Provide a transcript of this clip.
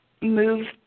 move